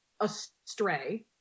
astray